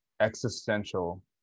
existential